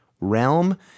realm